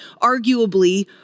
arguably